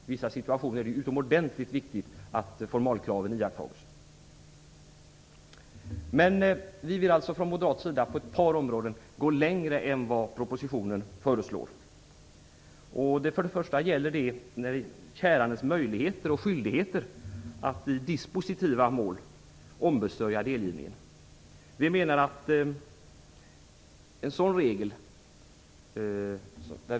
I vissa situationer är det utomordentligt viktigt att formaliakraven iakttas. Vi vill alltså från moderat sida på ett par områden gå längre än vad som föreslås i propositionen. För det första gäller det kärandens möjligheter och skyldigheter att i dispositiva mål ombesörja delgivningen.